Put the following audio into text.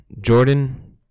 Jordan